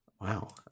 Wow